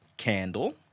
Candle